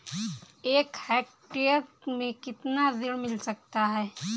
एक हेक्टेयर में कितना ऋण मिल सकता है?